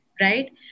right